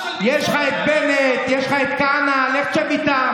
יש לך את בנט, יש לך את כהנא, לך תשב איתם.